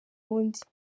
wundi